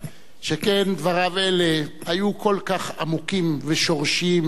שכן דבריו אלה היו כל כך עמוקים ושורשיים